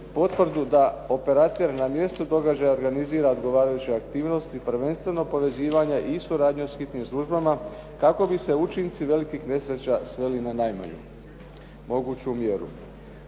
Potvrdu da operater na mjestu događaja organizira odgovarajuće aktivnosti, prvenstveno povezivanje i suradnju sa hitnim službama kako bi se učinci velikih nesreća sveli na najmanju moguću mjeru.